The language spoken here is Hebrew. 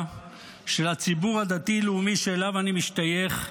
של הציבור הדתי-לאומי שאליו אני משתייך,